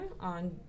on